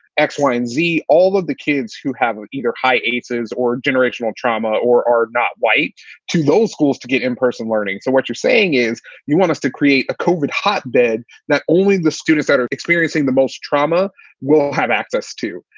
x, y and z. all of the kids who have ah either high eighties or generational trauma or are not white to those schools to get in-person learning so what you're saying is you want us to create a covert hotbed, not only the students that are experiencing the most trauma will have access to.